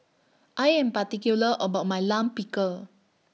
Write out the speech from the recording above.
I Am particular about My Lime Pickle